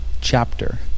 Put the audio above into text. chapter